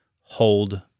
hold